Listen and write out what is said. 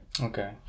Okay